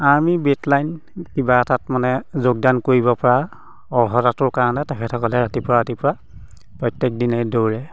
army battalion কিবা এটাত মানে যোগদান কৰিবপৰা অৰ্হতাটোৰ কাৰণে তেখেতসকলে ৰাতিপুৱা ৰাতিপুৱা প্ৰত্যেকদিনাই দৌৰে